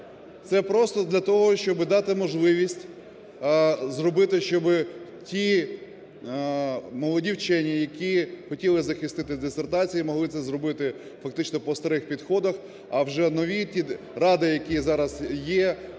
Це просто для того, щоб дати можливість, зробити, щоб ті молоді вчені, які хотіли захистити дисертації, могли це зробити фактично по старих підходах. А вже нові ті ради, які зараз є